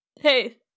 hey